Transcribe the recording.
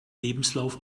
lebenslauf